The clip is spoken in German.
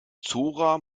zora